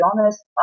honest